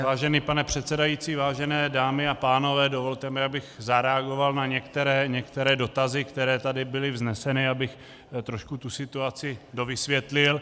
Vážený pane předsedající, vážené dámy a pánové, dovolte mi, abych zareagoval na některé dotazy, které tady byly vzneseny, abych trošku tu situaci dovysvětlil.